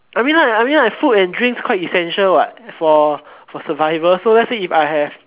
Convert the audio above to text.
I mean like I mean like food and drinks quite essential what for for survival so let's say if I have